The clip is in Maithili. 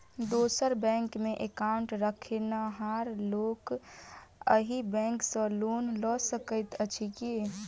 दोसर बैंकमे एकाउन्ट रखनिहार लोक अहि बैंक सँ लोन लऽ सकैत अछि की?